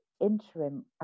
interim